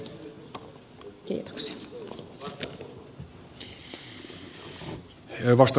arvoisa puhemies